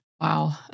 Wow